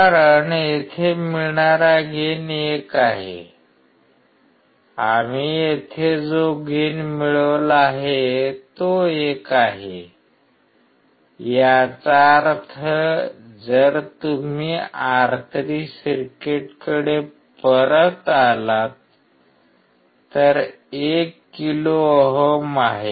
कारण येथे मिळणारा गेन 1 आहे आम्ही येथे जो गेन मिळवला आहे तो 1 आहे याचा अर्थ जर तुम्ही R3 सर्किटकडे परत आलात तर 1 किलो ओहम आहे